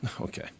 okay